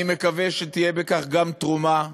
אני מקווה שתהיה בכך גם תרומה